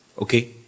Okay